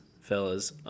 fellas